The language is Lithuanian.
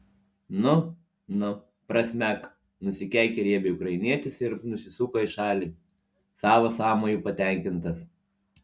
nu nu prasmek nusikeikė riebiai ukrainietis ir nusisuko į šalį savo sąmoju patenkintas